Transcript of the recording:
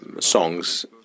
songs